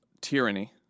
tyranny